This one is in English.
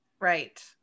Right